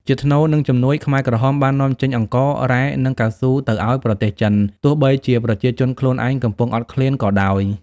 ជាថ្នូរនឹងជំនួយ ខ្មែរក្រហមបាននាំចេញអង្ករ រ៉ែ និងកៅស៊ូទៅឱ្យប្រទេសចិន ទោះបីជាប្រជាជនខ្លួនឯងកំពុងអត់ឃ្លានក៏ដោយ។